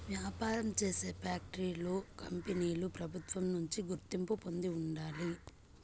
వ్యాపారం చేసే కంపెనీలు ఫ్యాక్టరీలు ప్రభుత్వం నుంచి గుర్తింపు పొంది ఉండాలి